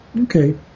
Okay